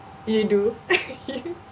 you do